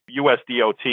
USDOT